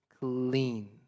clean